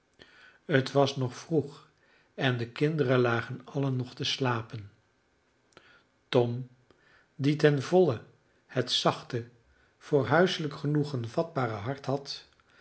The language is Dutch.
het was nog vroeg en de kinderen lagen allen nog te slapen tom die ten volle het zachte voor huiselijk genoegen vatbare hart had